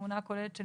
התמונה הכוללת.